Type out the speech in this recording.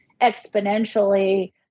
exponentially